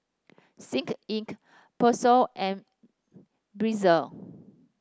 Sick Inc Persil and Breezer